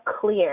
clear